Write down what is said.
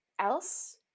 else